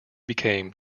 became